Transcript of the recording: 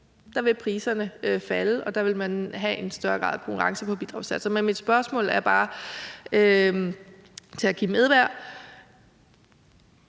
god, vil priserne falde, og der vil man have en større grad af konkurrence på bidragssatserne. Men mit spørgsmål til hr. Kim Edberg